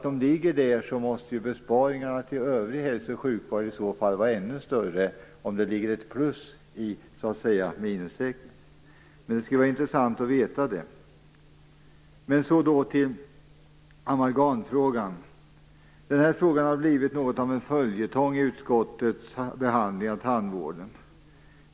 Om de ligger där måste ju besparingarna på övrig hälso och sjukvård vara ännu större, dvs. om det ligger ett plus i minustecknet. Det skulle vara intressant att veta det. Låt mig så gå över till amalgamfrågan. Den frågan har blivit något av en följetong i utskottets behandling av tandvården.